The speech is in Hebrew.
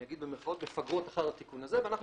אני אגיד במירכאות "מפגרות" אחר התיקון הזה ואנחנו